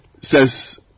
says